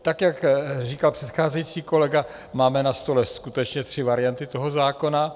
Tak jak říkal předcházející kolega, máme na stole skutečně tři varianty toho zákona.